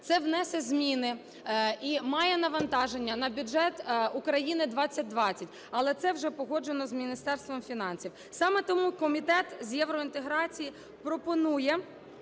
це внесе зміни і має навантаження на бюджет України 2020, але це вже погоджено з Міністерством фінансів. Саме тому Комітет з євроінтеграції пропонує,